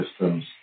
systems